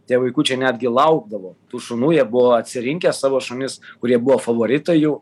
tie vaikučiai netgi laukdavo tų šunų jie buvo atsirinkę savo šunis kurie buvo favoritai jų